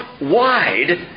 wide